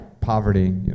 poverty